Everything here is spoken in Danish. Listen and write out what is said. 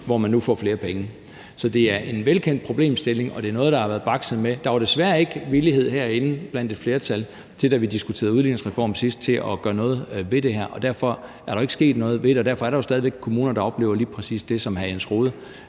der nu får flere penge. Så det er en velkendt problemstilling, og det er noget, der har været bakset med. Der var desværre ikke villighed blandt et flertal herinde, da vi diskuterede udligningsreform sidst, til at gøre noget ved det her. Derfor er der jo ikke sket noget ved det, og derfor er der stadig væk kommuner, der oplever lige præcis det, som hr. Jens Rohde